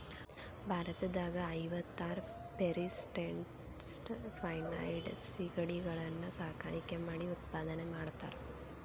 ಭಾರತದಾಗ ಐವತ್ತಾರ್ ಪೇರಿಸೆಂಟ್ನಷ್ಟ ಫೆನೈಡ್ ಸಿಗಡಿಗಳನ್ನ ಸಾಕಾಣಿಕೆ ಮಾಡಿ ಉತ್ಪಾದನೆ ಮಾಡ್ತಾರಾ